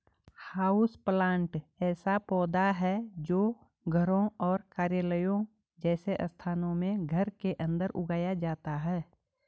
houseplant ऐसा पौधा है जो घरों और कार्यालयों जैसे स्थानों में घर के अंदर उगाया जाता है